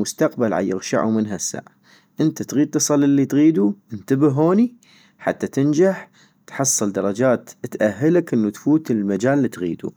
مستقبل عيغشعو من هسع ، انت تغيد تصل للي تغيدو؟ انتبه هوني حتى تنجح، تحصل الدرجات الي تأهلك حتى تفوت المجال الي تغيدو